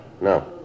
No